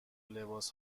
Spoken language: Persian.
لباس